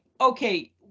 okay